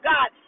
God